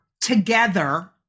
together